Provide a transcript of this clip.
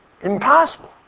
Impossible